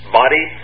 body